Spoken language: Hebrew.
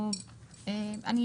לחוק.